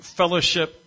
fellowship